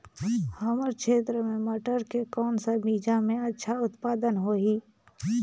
हमर क्षेत्र मे मटर के कौन सा बीजा मे अच्छा उत्पादन होही?